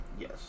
Yes